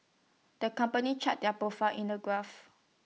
the company charted their profits in the graph